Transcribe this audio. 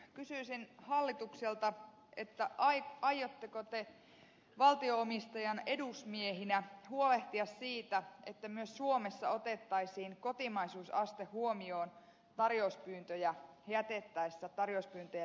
kysyisin hallitukselta aiotteko te valtio omistajan edusmiehinä huolehtia siitä että myös suomessa otettaisiin kotimaisuusaste huomioon tarjouspyyntöjä jätettäessä tarjouspyyntöjä tehtäessä